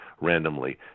randomly